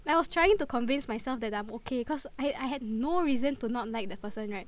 I was trying to convince myself that I'm okay cause I I had no reason to not like that person right